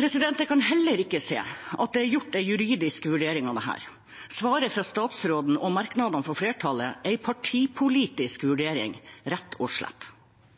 Jeg kan heller ikke se at det er gjort en juridisk vurdering av dette. Svaret fra statsråden og merknadene fra flertallet er en partipolitisk vurdering, rett og slett.